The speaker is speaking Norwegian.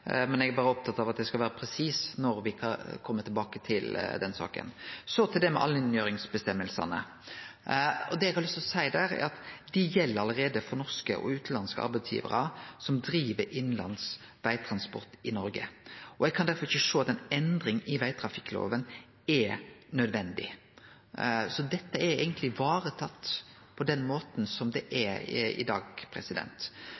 Eg er berre opptatt av å vere presis om når me kjem tilbake til den saka. Så til allmenngjeringsføresegnene. Det eg har lyst til å seie der, er at dei allereie gjeld for norske og utanlandske arbeidsgivarar som driv innanlands vegtransport i Noreg. Eg kan derfor ikkje sjå at ei endring i vegtrafikklova er nødvendig. Så dette er eigentleg varetatt slik det er i dag. Så har eg lyst til å påpeike at Statens vegvesen har eit organisatorisk apparat som